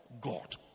God